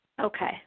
Okay